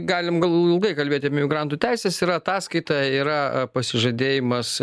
galim gal ilgai kalbėti apie imigrantų teises yra ataskaita yra pasižadėjimas